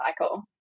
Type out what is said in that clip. cycle